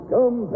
Come